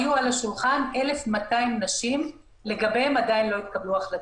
היו על השולחן 1,200 נשים לגביהן עדיין לא התקבלו החלטות.